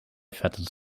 fattens